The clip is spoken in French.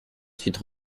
suite